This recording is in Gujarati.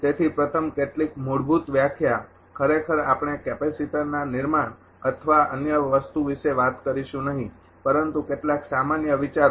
તેથી પ્રથમ કેટલીક મૂળભૂત વ્યાખ્યા ખરેખર આપણે કેપેસિટરના નિર્માણ અથવા અન્ય વસ્તુ વિશે વાત કરીશું નહીં પરંતુ કેટલાક સામાન્ય વિચારો